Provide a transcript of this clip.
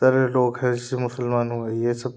सारे लोग है जैसे मुसलमान हुआ यह सब